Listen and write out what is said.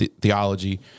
theology